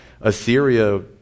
Assyria